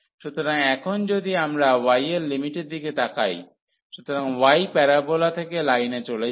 সুতরাং এখন যদি আমরা y এর লিমিটের দিকে তাকাই সুতরাং y প্যারাবোলা থেকে লাইনে চলে যায়